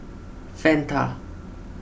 Fanta